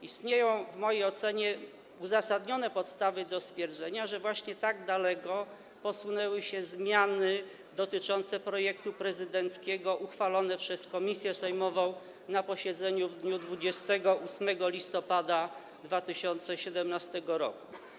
Istnieją w mojej ocenie uzasadnione podstawy do stwierdzenia, że właśnie tak daleko posunęły się zmiany dotyczące projektu prezydenckiego uchwalone przez komisję sejmową na posiedzeniu w dniu 28 listopada 2017 r.